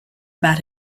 about